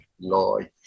lie